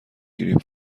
گریپ